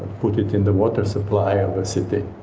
put it in the water supply of a city,